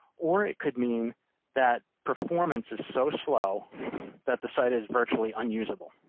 or it could mean that performance is so slow that the site is virtually unusable.